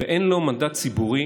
ואין לו מנדט ציבורי